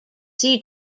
sea